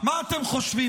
מה אתם חושבים,